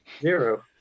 zero